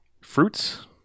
fruits